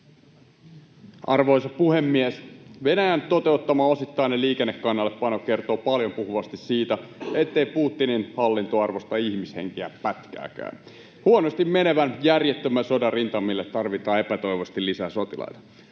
Arvoisa puhemies! Venäjän toteuttama osittainen liikekannallepano kertoo paljon puhuvasti siitä, ettei Putinin hallinto arvosta ihmishenkiä pätkääkään. Huonosti menevän, järjettömän sodan rintamille tarvitaan epätoivoisesti lisää sotilaita.